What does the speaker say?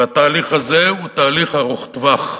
והתהליך הזה הוא תהליך ארוך טווח,